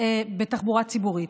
בתחבורה הציבורית.